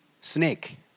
snake